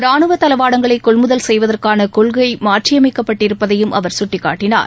ராணுவ தளவாடங்களை கொள்முதல் செய்வதற்கான கொள்கை மாற்றியமைக்கப்பட்டிருப்பதையும் அவர் சுட்டிக்காட்டினார்